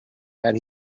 that